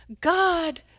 God